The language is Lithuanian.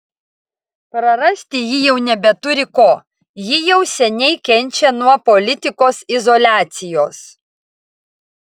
prarasti ji jau nebeturi ko ji jau seniai kenčia nuo politikos izoliacijos